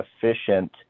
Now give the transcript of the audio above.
efficient